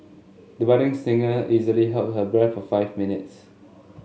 the budding singer easily held her breath for five minutes